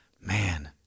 man